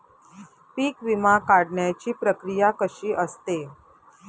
पीक विमा काढण्याची प्रक्रिया कशी असते?